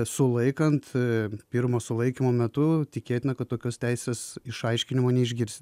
sulaikant pirmo sulaikymo metu tikėtina kad tokios teisės išaiškinimo neišgirsi